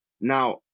Now